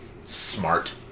smart